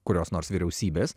kurios nors vyriausybės